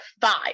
five